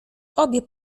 obie